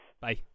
Bye